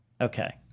Okay